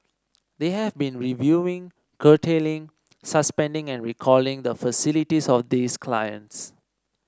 they have been reviewing curtailing suspending and recalling the facilities of these clients